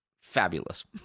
fabulous